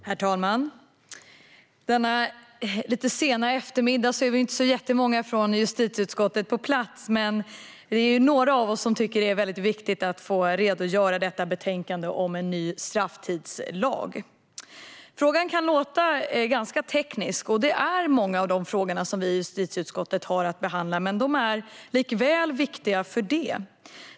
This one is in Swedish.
Herr talman! Denna lite sena eftermiddag är vi inte så jättemånga från justitieutskottet på plats, men några av oss tycker att det är viktigt att få redogöra för detta betänkande om en ny strafftidslag. Frågan kan låta teknisk, och det är många av de frågor vi i justitieutskottet har att behandla. Men de är likväl viktiga.